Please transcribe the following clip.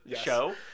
show